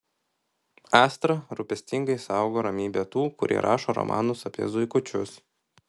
astra rūpestingai saugo ramybę tų kurie rašo romanus apie zuikučius